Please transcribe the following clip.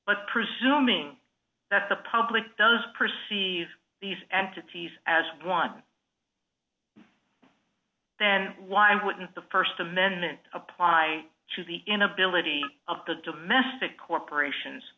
but presuming that the public does perceive these entities as one then why wouldn't the st amendment apply to the inability of the domestic corporations